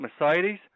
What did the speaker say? Mercedes